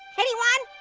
anyone?